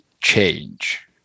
change